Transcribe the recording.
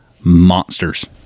monsters